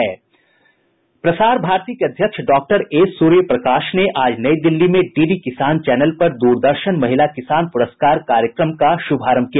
प्रसार भारती के अध्यक्ष डॉ एसूर्यप्रकाश ने आज नई दिल्ली में डीडी किसान चैनल पर दूरदर्शन महिला किसान पुरस्कार कार्यक्रम का शुभारंभ किया